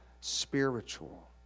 spiritual